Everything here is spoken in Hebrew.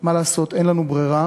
מה לעשות, אין לנו ברירה,